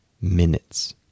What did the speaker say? minutes